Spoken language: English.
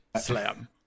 slam